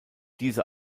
diese